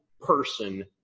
person